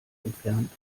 entfernt